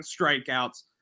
strikeouts